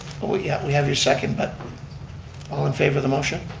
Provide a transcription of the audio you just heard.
but we yeah we have your second but all in favor of the motion?